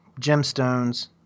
gemstones